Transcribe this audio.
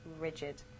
rigid